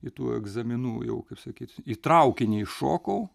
į tų egzaminų jau kaip sakyt į traukinį įšokau